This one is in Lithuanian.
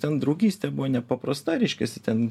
ten draugystė buvo nepaprasta reiškiasi ten